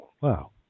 Wow